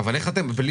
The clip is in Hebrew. אבל איך אתם בלי?